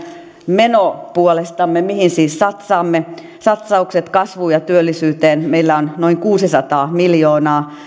menopuolestamme mihin siis satsaamme satsaukset kasvuun ja työllisyyteen ovat meillä noin kuusisataa miljoonaa